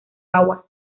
agua